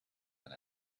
than